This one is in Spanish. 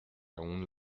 aún